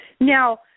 Now